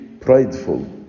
prideful